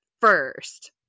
first